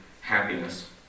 happiness